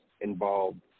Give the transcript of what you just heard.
involved